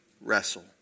wrestle